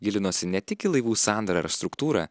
gilinosi ne tik į laivų sandarą ir struktūrą